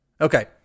Okay